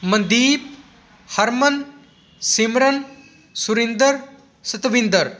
Mandeep Harman Simran Surinder Satwinder